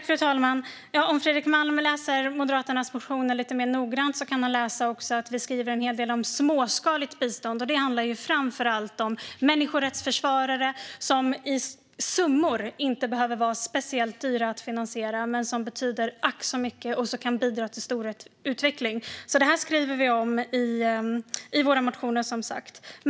Fru talman! Om Fredrik Malm läser Moderaternas motioner lite mer noggrant kan han se att vi skriver en hel del om småskaligt bistånd. Det handlar framför allt om människorättsförsvarare som i summor inte behöver vara speciellt dyra att finansiera men som betyder ack så mycket och kan bidra till rätt utveckling. Det skriver vi om i våra motioner, som sagt.